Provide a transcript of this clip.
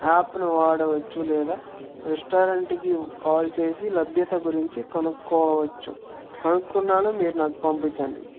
యాప్ను వాడవచ్చు లేదా రెస్టారెంట్కి కాల్ చేసి లభ్యత గురించి కొనుక్కోవచ్చు కనుక్కున్నాను మీరు నాకు పంపించండి